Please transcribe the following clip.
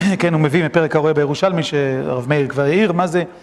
כן, הוא מביא מפרק הרואה בירושלמי שרב מאיר כבר העיר, מה זה?